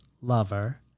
lover